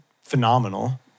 phenomenal